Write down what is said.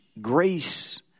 Grace